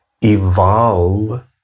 evolve